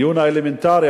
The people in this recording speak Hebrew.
הדיון האלמנטרי,